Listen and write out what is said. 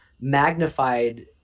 magnified